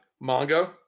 manga